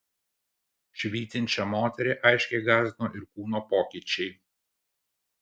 švytinčią moterį aiškiai gąsdino ir kūno pokyčiai